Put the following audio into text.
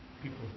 people